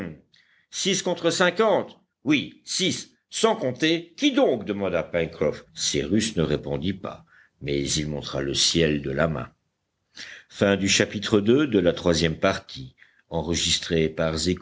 six contre cinquante oui six sans compter qui donc demanda pencroff cyrus ne répondit pas mais il montra le ciel de la main chapitre iii